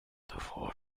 davor